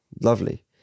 lovely